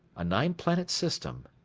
a nine planet system.